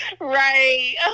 right